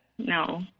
No